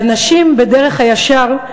והנשים בדרך ישר,